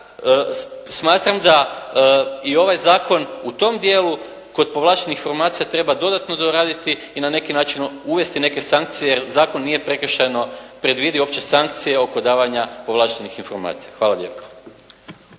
smatram da i ovaj zakon u tom dijelu kod povlaštenih informacija treba dodatno doraditi i na neki način uvesti neke sankcije jer zakon nije prekršajno predvidio uopće sankcije oko davanja povlaštenih informacija. Hvala lijepo.